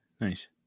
nice